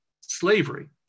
slavery